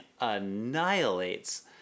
annihilates